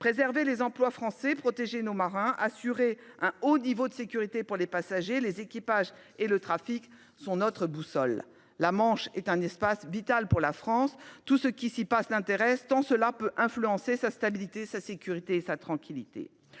Préserver les emplois français, protéger nos marins, assurer un haut niveau de sécurité pour les passagers, les équipages et le trafic : telle est notre boussole. La Manche est un espace vital pour la France. Tout ce qui s'y passe l'intéresse, tant cela peut influencer sa stabilité, sa sécurité et sa tranquillité.